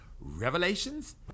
Revelations